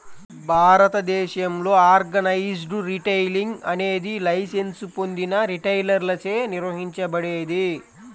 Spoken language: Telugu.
భారతదేశంలో ఆర్గనైజ్డ్ రిటైలింగ్ అనేది లైసెన్స్ పొందిన రిటైలర్లచే నిర్వహించబడేది